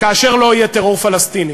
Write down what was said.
כאשר לא יהיה טרור פלסטיני.